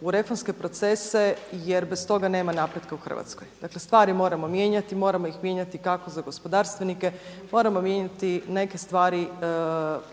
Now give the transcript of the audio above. u reformske procese jer bez toga nema napretka u Hrvatskoj. Dakle, stvari moramo mijenjati, moramo ih mijenjati kako za gospodarstvenike, moramo mijenjati neke stvari